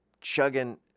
chugging